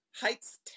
Heights